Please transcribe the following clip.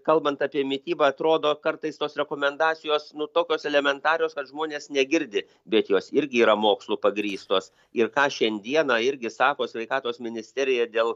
kalbant apie mitybą atrodo kartais tos rekomendacijos nu tokios elementarios kad žmonės negirdi bet jos irgi yra mokslu pagrįstos ir ką šiandieną irgi sako sveikatos ministerija dėl